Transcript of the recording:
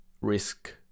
risk